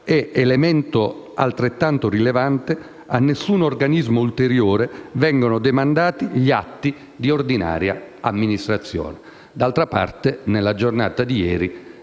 elemento altrettanto rilevante - a nessun organismo ulteriore vengono demandati gli atti di ordinaria amministrazione. D'altra parte, nella giornata di ieri